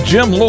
Jim